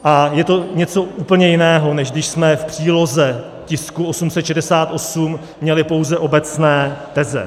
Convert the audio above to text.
A je to něco úplně jiného, než když jsme v příloze tisku 868 měli pouze obecné teze.